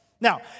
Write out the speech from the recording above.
Now